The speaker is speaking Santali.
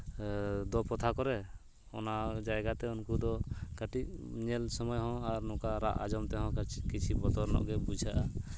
ᱫᱚ ᱯᱚᱛᱷᱟ ᱠᱚᱨᱮ ᱚᱱᱟ ᱡᱟᱭᱜᱟᱛᱮ ᱩᱱᱠᱩ ᱫᱚ ᱠᱟᱹᱴᱤᱡ ᱧᱮᱞ ᱥᱚᱢᱚᱭ ᱦᱚᱸ ᱟᱨ ᱱᱚᱝᱠᱟ ᱨᱟᱜ ᱟᱸᱡᱚᱢ ᱛᱮᱦᱚᱸ ᱠᱤᱪᱷᱤ ᱵᱚᱛᱚᱨ ᱧᱚᱜ ᱜᱮ ᱵᱩᱡᱷᱟᱹᱜᱼᱟ